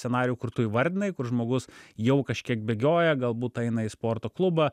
scenarijų kur tu įvardinai kur žmogus jau kažkiek bėgioja galbūt eina į sporto klubą